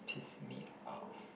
piss me off